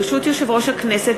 ברשות יושב-ראש הכנסת,